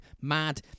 mad